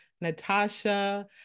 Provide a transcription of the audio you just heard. Natasha